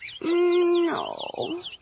No